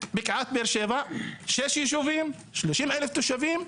בקעת באר שבע, שישה ישובים, 30,000 תושבים.